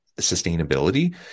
sustainability